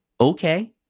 okay